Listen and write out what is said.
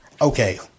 Okay